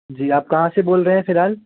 जी आप कहाँ से बोल रहे हैं फ़िलहाल